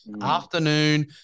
afternoon